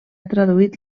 traduït